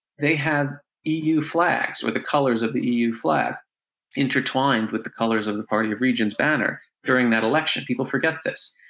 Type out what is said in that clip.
they had eu flags with the colors of the eu flag intertwined with the colors of the party of regions banner during that election. people forget this.